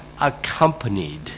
accompanied